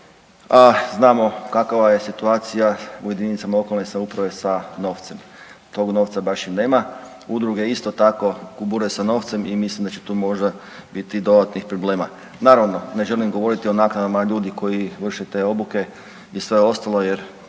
znamo kakva je situacija u JLS sa novcem. Tog novca baš i nema. Udruge isto tako kubure sa novcem i mislim da će tu možda biti dodatnih problema. Naravno, ne želim govoriti o naknadama ljudi koji vrše te obuke i sve ostalo jer